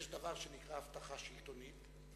יש דבר שנקרא הבטחה שלטונית.